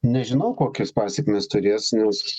nežinau kokias pasekmes turės nes